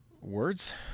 words